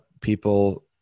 people